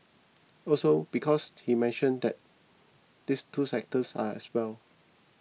also because he mentioned that these two sectors are as well